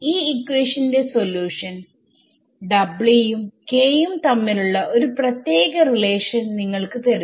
ഈ ഇക്വേഷന്റെ സൊല്യൂഷൻ ഉം k ഉം തമ്മിലുള്ള ഒരു പ്രത്യേക റിലേഷൻ നിങ്ങൾക്ക് തരുന്നു